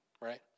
right